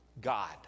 God